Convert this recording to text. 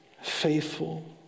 faithful